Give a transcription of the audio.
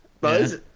Buzz